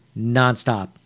nonstop